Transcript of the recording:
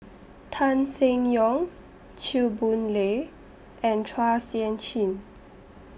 Tan Seng Yong Chew Boon Lay and Chua Sian Chin